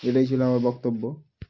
এটাই ছিল আমার বক্তব্য